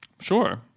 Sure